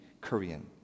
korean